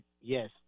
Yes